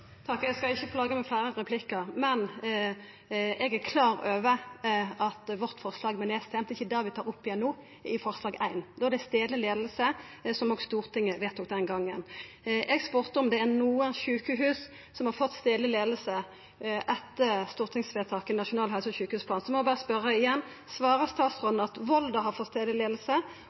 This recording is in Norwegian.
Eg skal ikkje plaga med fleire replikkar, men eg er klar over at forslaget vårt vart nedstemt – det er ikkje det vi tar opp igjen no, i forslag nr. 1. No gjeld det stadleg leiing, som òg Stortinget vedtok den gongen. Eg spurde om det er nokon sjukehus som har fått stadleg leiing etter stortingsvedtaket om Nasjonal helse- og sjukehusplan. Da må eg berre spørja igjen: Svarar statsråden at Volda sjukehus har